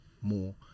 more